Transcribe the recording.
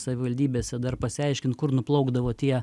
savivaldybėse dar pasiaiškint kur nuplaukdavo tie